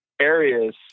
areas